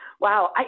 wow